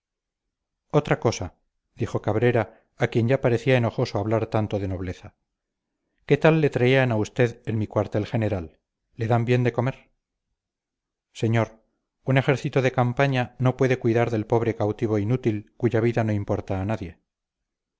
otra cosa dijo cabrera a quien ya parecía enojoso hablar tanto de nobleza qué tal le tratan a usted en mi cuartel general le dan bien de comer señor un ejército de campaña no puede cuidar del pobre cautivo inútil cuya vida no importa a nadie